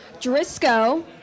Drisco